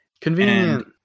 Convenient